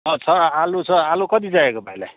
अँ छ आलु छ आलु कति चाहिएको भाइलाई